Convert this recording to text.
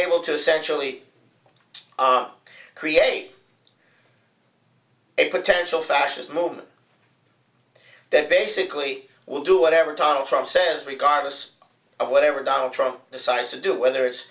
able to essentially create a potential fascist movement that basically will do whatever donald trump says regardless of whatever donald trump decides to do whether it's